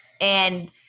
And-